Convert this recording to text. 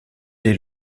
les